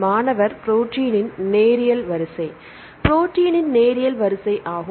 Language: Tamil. மாணவர் ப்ரோடீனின் நேரியல் வரிசை ப்ரோடீனின் நேரியல் வரிசை ஆகும்